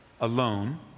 alone